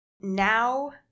Now